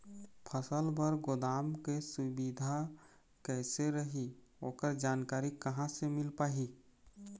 फसल बर गोदाम के सुविधा कैसे रही ओकर जानकारी कहा से मिल पाही?